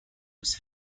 was